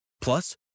Plus